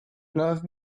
love